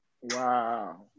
Wow